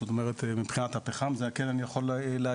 זאת אומרת מבחינת הפחם, זה כן אני יכול להגיד.